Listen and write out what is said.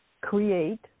Create